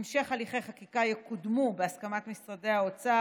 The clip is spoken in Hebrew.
המשך הליכי חקיקה יקודמו בהסכמת משרדי האוצר,